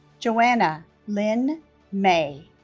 joanna lynn may